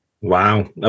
Wow